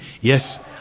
yes